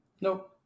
Nope